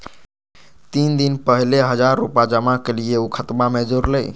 तीन दिन पहले हजार रूपा जमा कैलिये, ऊ खतबा में जुरले?